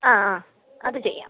ആ ആ അത് ചെയ്യാം